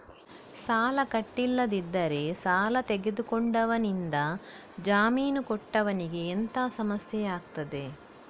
ಸಾಲ ಕಟ್ಟಿಲ್ಲದಿದ್ದರೆ ಸಾಲ ತೆಗೆದುಕೊಂಡವನಿಂದ ಜಾಮೀನು ಕೊಟ್ಟವನಿಗೆ ಎಂತ ಸಮಸ್ಯೆ ಆಗ್ತದೆ?